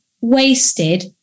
wasted